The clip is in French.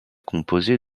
composé